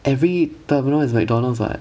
every terminal has mcdonald's [what]